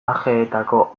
ajeetako